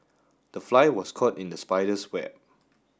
the fly was caught in the spider's web